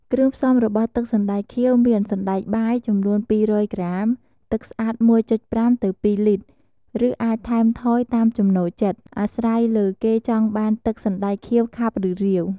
គ្រឿងផ្សំរបស់ទឹកសណ្តែកខៀវមាន សណ្ដែកបាយចំនួន២០០ក្រាម ទឹកស្អាត ១.៥ ទៅ ២ លីត្រ ឬអាចថែមថយតាមចំណូលចិត្ត អាស្រ័យលើគេចង់បានទឹកសណ្ដែកខៀវខាប់ ឬរាវ។